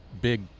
big